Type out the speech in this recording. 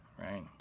right